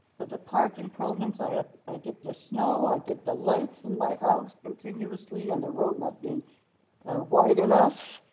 the the parking problems, i ah i did the snow, i did the lights in my house continuously, and the road not being wide enough.